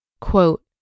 Quote